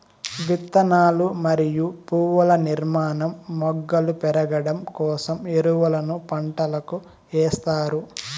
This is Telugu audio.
విత్తనాలు మరియు పువ్వుల నిర్మాణం, మొగ్గలు పెరగడం కోసం ఎరువులను పంటలకు ఎస్తారు